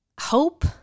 hope